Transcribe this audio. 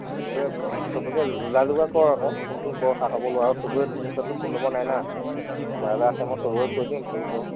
চবকে যা যোগাৰ কৰ আকৌ ফোন চোন কৰ খা খবৰ ল আৰু চবৰে মোৰ তাতটো ফোন নম্বৰ নাই না যাৰ যাৰ আছে চবকে কৈ দিম তয়ো ক'